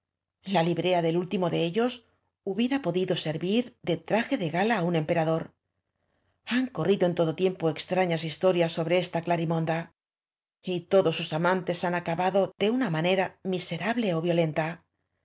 la librea del último de ellos hubiera podido ser vir de traje de gala á un emperador han corri do en todo tiempo extrañas historias sobre esta glarimonda y todos sus amantes han acabado de una manera miserable ó